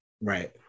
Right